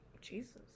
Jesus